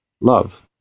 love